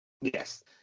Yes